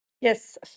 Yes